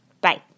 Bye